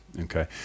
okay